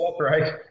right